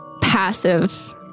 passive